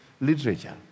Literature